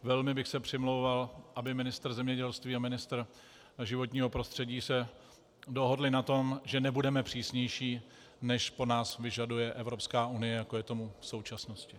Velmi bych se přimlouval, aby ministr zemědělství a ministr životního prostředí se dohodli na tom, že nebudeme přísnější, než po nás vyžaduje Evropská unie, jako je tomu v současnosti.